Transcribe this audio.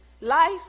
life